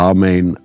Amen